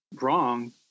wrong